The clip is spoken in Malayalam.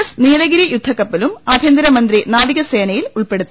എസ് നീലഗ്ഗിരി യുദ്ധക്കപ്പലും ആഭ്യന്ത രമന്ത്രി നാവിക സേനയിൽ ഉൾപ്പെടുത്തി